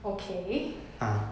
okay